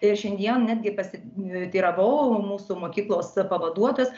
ir šiandien netgi pasiteiravau mūsų mokyklos pavaduotojos